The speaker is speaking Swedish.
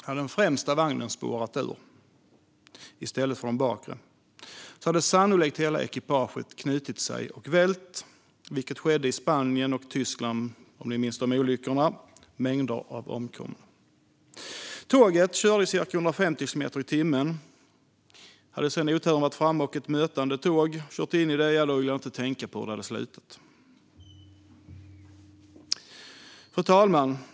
Om den främsta vagnen hade spårat ur, i stället för de bakre, hade sannolikt hela ekipaget knutit sig och vält, vilket har skett i Spanien och Tyskland - om ni minns de olyckorna - med mängder av omkomna. Tåget körde i cirka 150 kilometer i timmen. Jag vill inte tänka på hur det hade slutat om oturen hade varit framme och ett mötande tåg hade kört in i det. Fru talman!